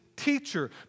teacher